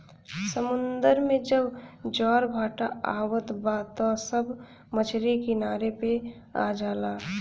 समुंदर में जब ज्वार भाटा आवत बा त सब मछरी किनारे पे आ जाला